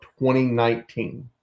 2019